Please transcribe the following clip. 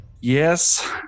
Yes